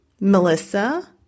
Melissa